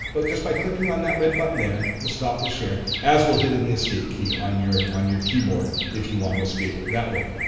but just by clicking on that red button there will stop the share as will hitting the escape key on your on your keyboard if you wanna escape that way.